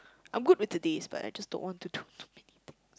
I'm good with the days but I just don't want to do too many things